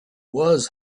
was